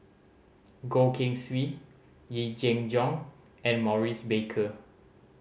Goh Keng Swee Yee Jenn Jong and Maurice Baker